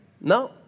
No